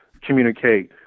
communicate